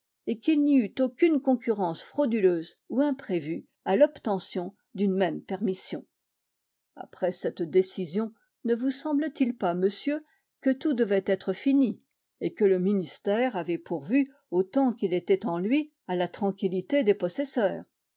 et qu'il n'y eût aucune concurrence frauduleuse ou imprévue à l'obtention d'une même permission après cette décision ne vous semble-t-il pas monsieur que tout devait être fini et que le ministère avait pourvu autant qu'il était en lui à la tranquillité des possesseurs